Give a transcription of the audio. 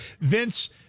vince